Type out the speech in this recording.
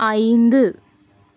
ஐந்து